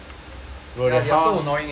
ya they are so annoying eh